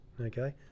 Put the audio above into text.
okay